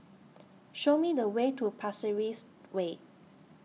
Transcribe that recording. Show Me The Way to Pasir Ris Way